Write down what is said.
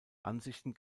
ansichten